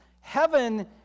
heaven